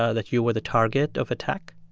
ah that you were the target of attack?